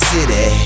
City